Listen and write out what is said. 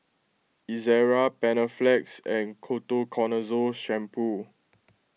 Ezerra Panaflex and Ketoconazole Shampoo